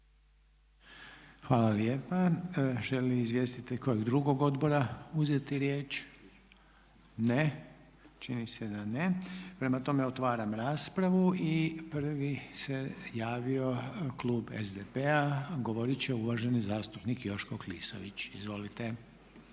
Hvala lijepa. Želi li izvjestitelj kojeg drugog odbora uzeti riječ? Ne. Čini se da ne, prema tome otvaram raspravu. I prvi se javio klub SDP-a. Govorit će uvaženi zastupnik Joško Klisović, izvolite.